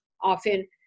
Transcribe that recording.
often